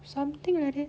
something like that